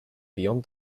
beyond